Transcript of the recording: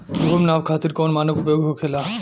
भूमि नाप खातिर कौन मानक उपयोग होखेला?